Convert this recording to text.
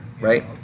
right